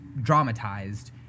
dramatized